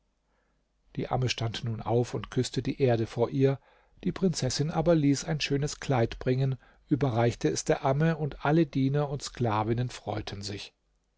die amme stand nun auf und küßte die erde vor ihr die prinzessin aber ließ ein schönes kleid bringen überreichte es der amme und alle diener und sklavinnen freuten sich